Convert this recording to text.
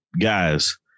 guys